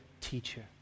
teacher